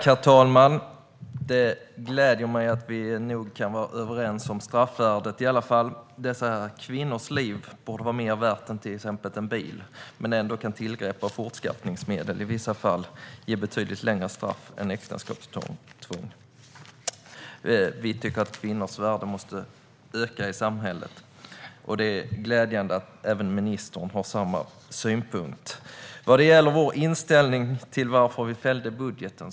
Herr talman! Det gläder mig att vi kan vara överens om straffvärdet. Dessa kvinnors liv borde vara värda mer än till exempel en bil, men ändå kan tillgrepp av fortskaffningsmedel i vissa fall ge betydligt längre straff än äktenskapstvång. Vi tycker att kvinnors värde måste öka i samhället. Det är glädjande att även ministern har samma synpunkt. Sedan var det frågan om vår inställning och varför vi fällde budgeten.